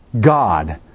God